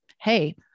Hey